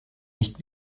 nicht